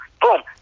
Boom